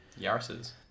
yaris's